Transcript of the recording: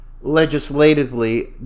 legislatively